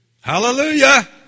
Hallelujah